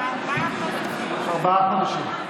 ארבעה חודשים.